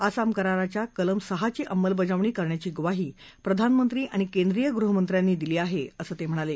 आसाम कराराच्या कलम सहाची अंमलबजावणी करण्याची म्वाही प्रधानमंत्री आणि केंद्रीय गृहमंत्र्यांनी दिली आहे असंही ते म्हणाले